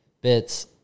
bits